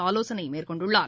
ஆலோசனை மேற்கொண்டுள்ளார்